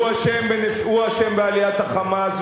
הוא אשם בעליית ה"חמאס",